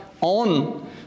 on